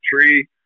tree